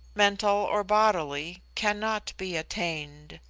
mental or bodily, cannot be attained?